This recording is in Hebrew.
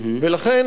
לכן,